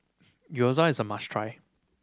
gyoza is a must try